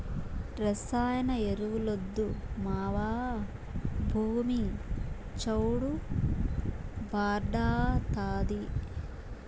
రసాయన ఎరువులొద్దు మావా, భూమి చౌడు భార్డాతాది